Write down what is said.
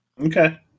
okay